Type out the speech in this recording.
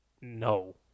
no